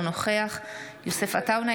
אינו נוכח יוסף עטאונה,